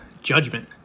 judgment